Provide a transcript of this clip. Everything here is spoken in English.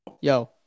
Yo